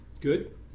Good